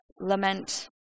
lament